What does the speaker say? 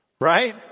Right